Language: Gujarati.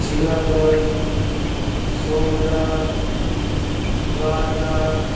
જુનાગઢ સોમનાથ દ્વારકા